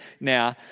now